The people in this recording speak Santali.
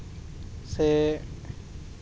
ᱥᱮ